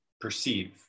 perceive